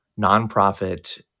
nonprofit